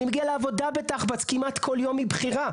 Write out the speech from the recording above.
אני מגיע לעבודה בתחב"צ כמעט כל יום מבחירה.